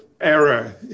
error